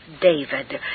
David